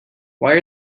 why